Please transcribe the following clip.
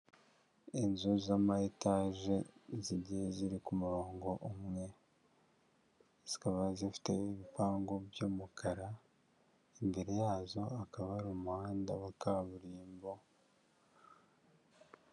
Inzu z'ama etage zigiye ziri ku murongo umwe, zikaba zifite ibipangu by'umukara, imbere yazo hakaba hari umuhanda wa kaburimbo.